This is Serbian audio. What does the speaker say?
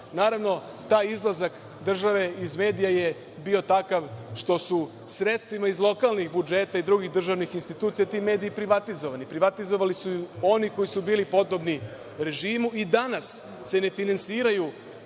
vlasti. Naravno, taj izlazak države iz medija je bio takav što su sredstvima iz lokalnih budžeta i drugih državnih institucija ti mediji privatizovani. Privatizovani su oni koji su bili podobni režimu i danas se ne finansiraju